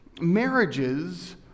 Marriages